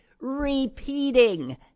repeating